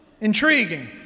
Intriguing